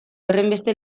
horrenbeste